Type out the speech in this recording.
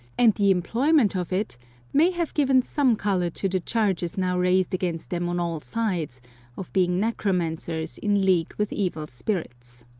and the employment of it may have given some colour to the charges now raised against them on all sides of being necromancers in league with evil spirits.